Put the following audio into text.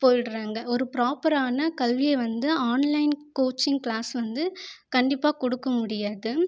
போயிடுறாங்க ஒரு ப்ராப்பரான கல்வியை வந்து ஆன்லைன் கோச்சிங் கிளாஸ் வந்து கண்டிப்பாக கொடுக்க முடியாது